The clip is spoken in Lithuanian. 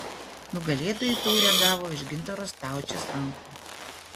nugalėtojai taurę gavo iš gintaro staučės rankų